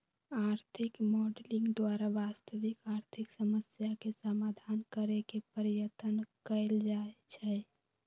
आर्थिक मॉडलिंग द्वारा वास्तविक आर्थिक समस्याके समाधान करेके पर्यतन कएल जाए छै